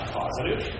positive